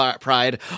Pride